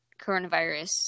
coronavirus